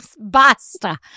basta